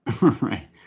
Right